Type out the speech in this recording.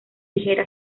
ligera